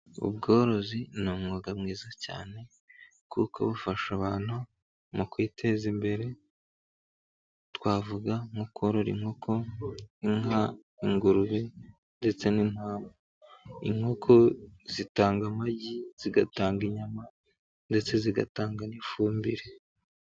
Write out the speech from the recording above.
Ubworozi ni umwuga mwiza cyane kuko bufasha abantu mu kwiteza imbere twavuga nko: korora inkoko, inka, ingurube n' inkoko zitanga amagi zigatanga inyama ndetse zigatanga n'ifumbire.